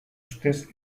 ustez